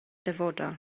dyfodol